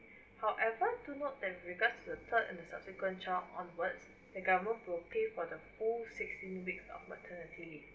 however do note that regards to the third and the subsequence child onwards the government will pay for the full sixteen weeks of maternity leave